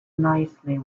nicely